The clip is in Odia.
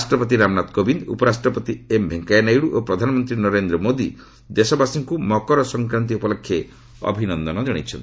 ରାଷ୍ଟ୍ରପତି ରାମନାଥ କୋବିନ୍ଦ ଉପରାଷ୍ଟ୍ରପତି ଏମ୍ ଭେଙ୍କେୟା ନାଇଡୁ ଓ ପ୍ରଧାନମନ୍ତ୍ରୀ ନରେନ୍ଦ୍ର ମୋଦି ଦେଶବାସୀଙ୍କୁ ମକର ସଂକ୍ରାନ୍ତି ଉପଲକ୍ଷେ ଅଭିନନ୍ଦନ ଜଣାଇଛନ୍ତି